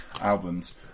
albums